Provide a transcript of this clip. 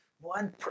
one